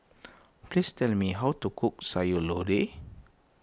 please tell me how to cook Sayur Lodeh